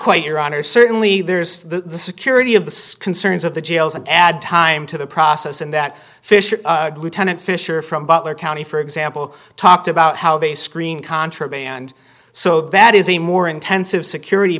quite your honor certainly there's the security of the concerns of the jails and add time to the process and that fisher lieutenant fisher from butler county for example talked about how they screen contraband so that is a more intensive security